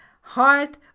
heart